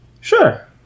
Sure